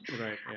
Right